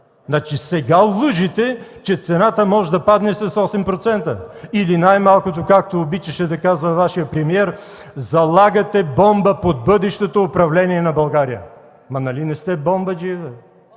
Значи сега лъжете, че цената може да падне с 8% или най-малкото, както обичаше да казва Вашият премиер: „Залагате бомба под бъдещото управление на България”. Но нали не сте бомбаджии,